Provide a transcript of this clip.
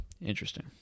Interesting